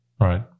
Right